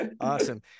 Awesome